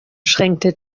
schränkte